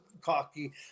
cocky